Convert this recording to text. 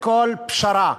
כל פשרה,